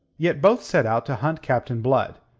yet both set out to hunt captain blood,